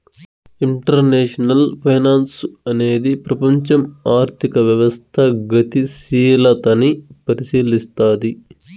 international finance అనేది ప్రపంచం ఆర్థిక వ్యవస్థ గతిశీలతని పరిశీలస్తది